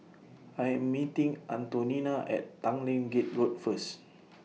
I Am meeting Antonina At Tanglin Gate Road First